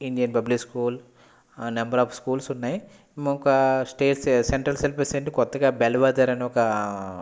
Indian public school number of schools ఉన్నాయి ఒక state central syllabus ఏంటి కొత్తగా బెల్ బజార్ అని ఒక